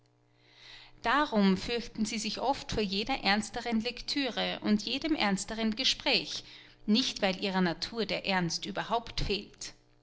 darum fürchten sie sich oft vor jeder ernsteren lecture und jedem ernsteren gespräch nicht weil ihrer natur der ernst überhaupt fehlt